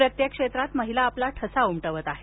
प्रत्येक क्षेत्रात महिला आपला ठसा उमटवत आहेत